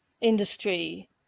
industry